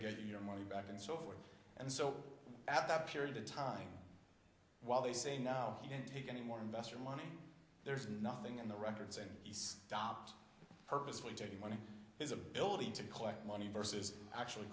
to get your money back and so forth and so at that period of time while they say now he can't take anymore investor money there's nothing in the records and he's stopped purposefully taking money his ability to collect money versus actually